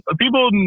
people